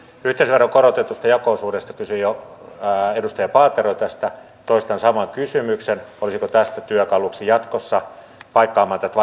yhteisöveron korotetusta jako osuudesta kysyi jo edustaja paatero toistan saman kysymyksen olisiko tästä työkaluksi jatkossa paikkaamaan tätä